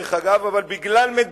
דרך אגב, אבל בגלל מדיניותה,